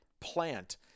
plant